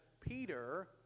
Peter